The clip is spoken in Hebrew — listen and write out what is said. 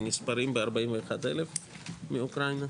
נספרים ב-41,000 מאוקראינה?